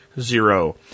zero